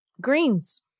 greens